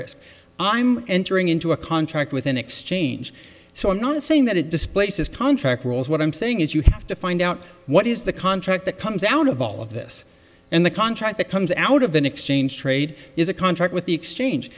risk i'm entering into a contract with an exchange so i'm not saying that it displaces contract rules what i'm saying is you have to find out what is the contract that comes out of all of this and the contract that comes out of an exchange trade is a contract with the exchange